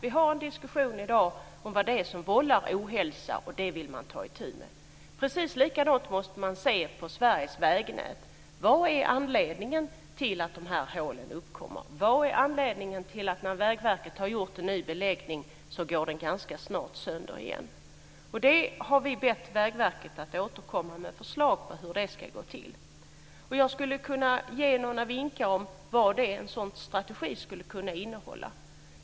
Vi har en diskussion i dag om vad som vållar ohälsa, och det vill man ta itu med. Precis likadant måste man se på Sveriges vägnät. Vad är anledningen till att de här hålen uppkommer? Vad är anledningen till att en ny beläggning som Vägverket har gjort ganska snart går sönder? Vi har bett Vägverket att återkomma med förslag när det gäller detta. Jag skulle kunna ge några vinkar om vad en sådan här strategi skulle kunna innehålla.